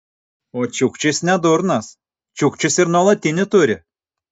o čiukčis ne durnas čiukčis ir nuolatinį turi